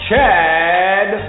Chad